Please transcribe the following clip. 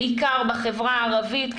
בעיקר בחברה הערבית,